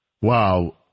Wow